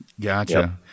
Gotcha